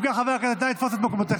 אם כן, חברי הכנסת, נא לתפוס את מקומותיכם.